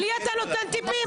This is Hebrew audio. אז לי אתה נותן טיפים?